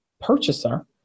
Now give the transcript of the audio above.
purchaser